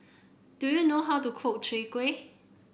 do you know how to cook Chwee Kueh